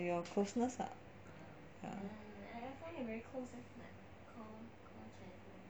your closeness lah